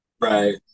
right